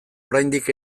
oraindik